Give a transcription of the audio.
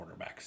quarterbacks